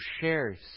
shares